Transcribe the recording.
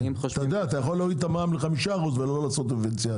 אתה יודע אתה יכול גם להוריד את המע"מ ל-5% ולא לעשות דיפרנציאלי.